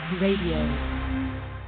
radio